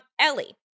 Ellie